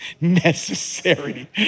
necessary